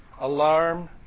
alarm